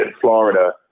Florida